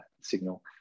signal